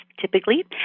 typically